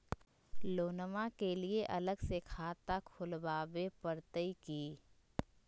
लोनमा के लिए अलग से खाता खुवाबे प्रतय की?